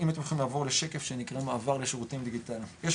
אם אתם יכולים לעבור לשקף שנקרא מעבר לשירותים דיגיטליים,